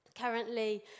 Currently